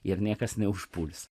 ir niekas neužpuls